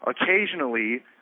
occasionally